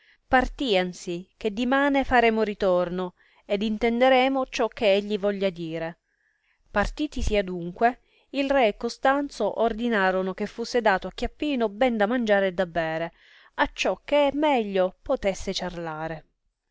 re partiansi che dimane faremo ritorno ed intenderemo ciò che egli voglia dire partitisi adunque il re e costanzo ordinarono che fusse dato a chiappino ben da mangiare e da bere acciò che meglio potesse ciarlare